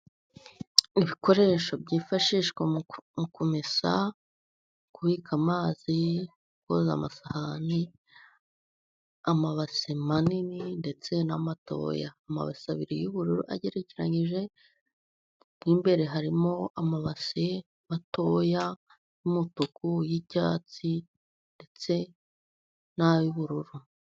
Ibikoresho byifashishwa mu kumesa, kubika amazi, koza amasahani. Amabase manini ndetse n'amatoya, amabase abiri y'ubururu agerekeranije, mo imbere harimo amabase matoya y'umutuku n'icyatsi ndetse n'ay'ubururu.